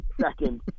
second